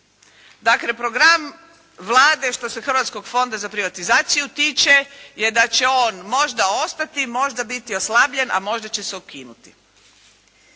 Dakle program Vlade što se Hrvatskog fonda za privatizaciju tiče je da će on možda ostati, možda biti oslabljen, a možda će se ukinuti.